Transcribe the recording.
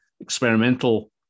experimental